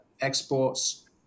exports